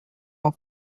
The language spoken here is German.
war